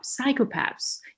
psychopaths